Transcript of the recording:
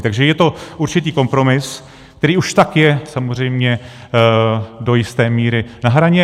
Takže je to určitý kompromis, který už tak je samozřejmě do jisté míry na hraně.